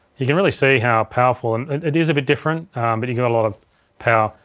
you can really see how powerful and, it is a bit different but you've got a lot of power.